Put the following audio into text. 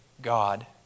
God